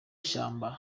shyamba